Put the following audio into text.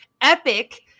epic